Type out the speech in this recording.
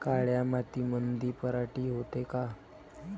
काळ्या मातीमंदी पराटी होते का?